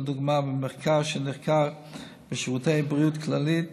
לדוגמה, במחקר שנערך בשירותי בריאות כללית